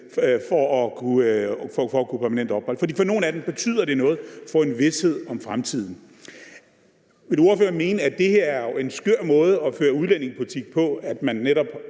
for at kunne få permanent ophold – for nogle af dem betyder det noget at få en vished om fremtiden – vil ordføreren så mene, at det her er en skør måde at føre udlændingepolitik på, altså at man netop